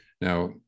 Now